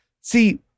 see